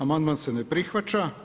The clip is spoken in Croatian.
Amandman se ne prihvaća.